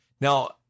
Now